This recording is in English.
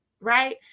right